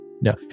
No